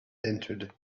entered